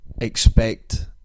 expect